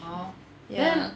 oh ya then the